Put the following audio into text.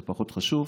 זה פחות חשוב.